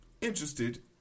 interested